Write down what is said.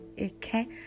Okay